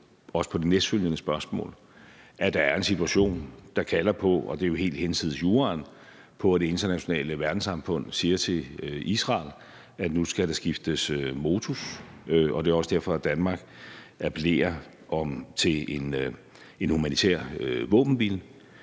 også ved det næstfølgende spørgsmål, at der er en situation, der kalder på, og det er jo helt hinsides juraen, at det internationale verdenssamfund siger til Israel, at nu skal der skiftes modus. Det er også derfor, at Danmark appellerer om, at en humanitær våbenhvile